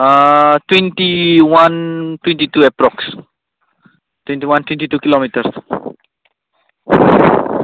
twenty one twenty two approximate twenty one twenty two kilometre